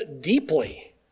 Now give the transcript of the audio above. deeply